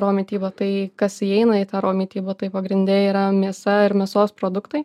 raw mityba tai kas įeina į tą raw mitybą tai pagrinde yra mėsa ir mėsos produktai